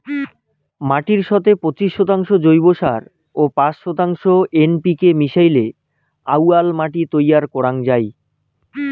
মাটির সথে পঁচিশ শতাংশ জৈব সার ও পাঁচ শতাংশ এন.পি.কে মিশাইলে আউয়াল মাটি তৈয়ার করাং যাই